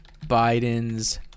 biden's